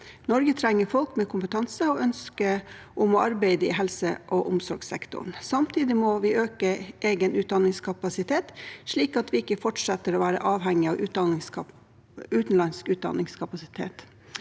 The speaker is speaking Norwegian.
Norge trenger folk med kompetanse til og ønske om å arbeide i helse- og omsorgssektoren. Samtidig må vi øke egen utdanningskapasitet, slik at vi ikke fortsetter å være avhengig av utenlandsk utdanningskapasitet.